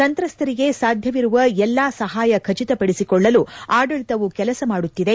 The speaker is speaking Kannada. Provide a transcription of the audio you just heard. ಸಂತ್ರಸ್ತರಿಗೆ ಸಾಧ್ಯವಿರುವ ಎಲ್ಲ ಸಹಾಯ ಖಚಿತಪಡಿಸಿಕೊಳ್ಳಲು ಆದಳಿತವು ಕೆಲಸ ಮಾಡುತ್ತಿದೆ